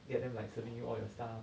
get them like serving you all your stuff